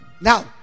now